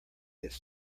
its